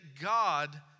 God